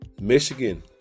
Michigan